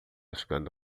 chegando